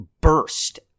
burst